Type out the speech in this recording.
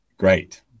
Great